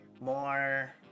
more